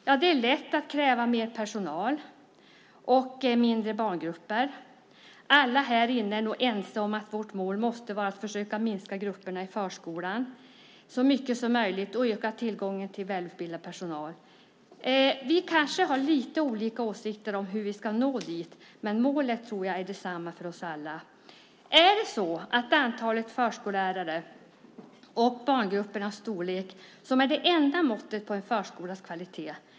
Ja, det är lätt att kräva mer personal och mindre barngrupper. Alla här inne är nog ense om att vårt mål måste vara att försöka minska grupperna i förskolan så mycket som möjligt och öka tillgången till välutbildad personal. Vi kanske har lite olika åsikter om hur vi ska nå dit, men målet tror jag är detsamma för oss alla. Är det så att antalet förskollärare och barngruppernas storlek är det enda måttet på en förskolas kvalitet?